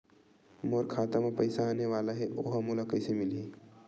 मोर खाता म पईसा आने वाला हे ओहा मोला कइसे मिलही?